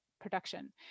production